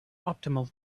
optimal